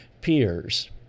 peers